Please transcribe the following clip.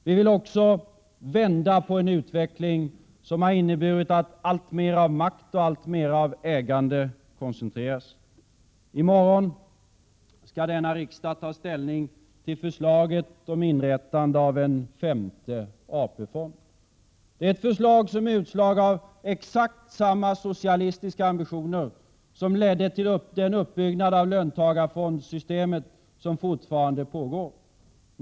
Vi vill också vända på en utveckling som har inneburit att alltmer av makt och ägande koncentreras. I morgon skall denna riksdag ta ställning till förslaget om inrättande av en femte AP-fond. Det är ett förslag som är ett utslag av exakt samma socialistiska ambitioner som ledde till den uppbyggnad av löntagarfondssystemet som fortfarande pågår.